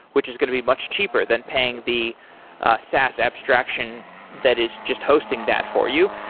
which is going to be much cheaper than paying the saas abstraction that is just hosting that for you.